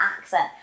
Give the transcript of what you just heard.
accent